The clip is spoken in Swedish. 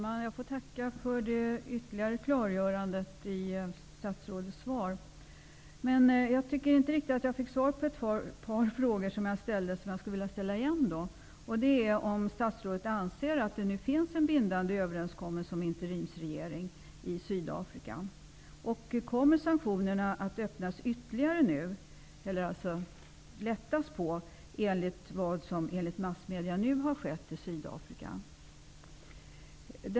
Herr talman! Låt mig tacka för det ytterligare klargörandet av statsrådets svar. Jag tycker inte riktigt att jag fick svar på ett par frågor som jag ställde. Därför vill jag ställa dem igen. Anser statsrådet att det finns en bindande överenskommelse om interimsregering i Sydafrika? Kommer det att lättas ytterligare på sanktionerna till följd av vad som nu har skett i Sydafrika, enligt massmedia?